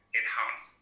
enhance